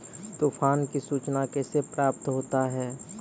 तुफान की सुचना कैसे प्राप्त होता हैं?